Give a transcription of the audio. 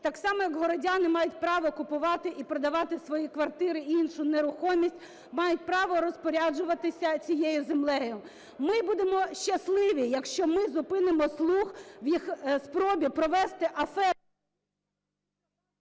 так само, як городяни мають право купувати і продавати свої квартири і іншу нерухомість, мають право розпоряджуватися цією землею. Ми будемо щасливі, якщо ми зупинимо "слуг" в їх спробі провести аферу…